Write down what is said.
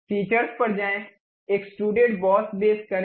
features पर जाएं extrude boss base करें